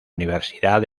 universidad